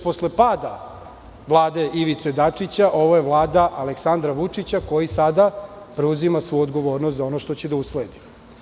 Posle pada Vlade Ivice Dačića ovo je Vlada Aleksandra Vučića koji sada preuzima svu odgovornost za ono što ćete da usvojite.